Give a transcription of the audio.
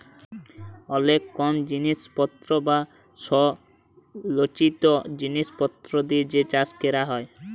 অলেক কম জিলিসপত্তর বা সলচিত জিলিসপত্তর দিয়ে যে চাষ ক্যরা হ্যয়